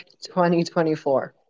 2024